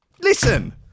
Listen